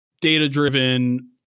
data-driven